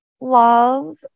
love